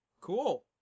Cool